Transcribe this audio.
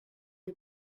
the